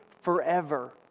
forever